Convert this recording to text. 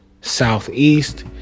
southeast